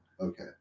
Okay